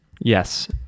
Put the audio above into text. Yes